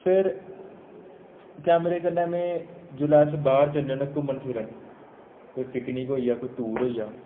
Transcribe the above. फिर कैमरे कन्नै में जेल्लै अस बाहर जन्ने होने घुम्मन फिरन कोई पिकनिक होई गेआ कोई टूर होई गेआ